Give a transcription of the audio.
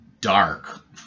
dark